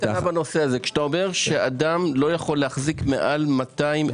כשאתה אומר שאדם לא יכול להחזיק מעל 200,000 שקל